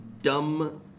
Dumb